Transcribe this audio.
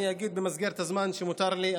אני אגיד במסגרת הזמן שמותר לי.